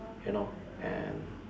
you know and